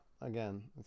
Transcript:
again